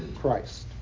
Christ